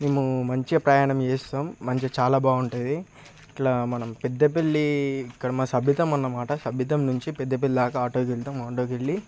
మేము మంచిగా ప్రయాణం చేస్తాము మంచి చాలా బాగుంటుంది ఇలా మనం పెద్దపల్లి ఇక్కడ మన సబితం అన్నమాట సబితం నుంచి పెద్దపల్లి దాకా ఆటోకెళతాం ఆటోకి వెళ్ళి